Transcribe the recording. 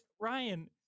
ryan